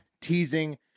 teasing